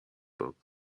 book